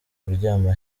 kuryama